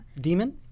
Demon